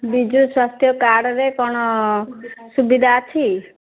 ବିଜୁସ୍ୱାସ୍ଥ୍ୟ କାର୍ଡ଼ରେ କ'ଣ ସୁବିଧା ଅଛି